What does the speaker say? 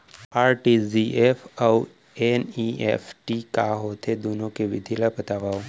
RTGS अऊ NEFT का होथे, दुनो के विधि ला बतावव